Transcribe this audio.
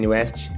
West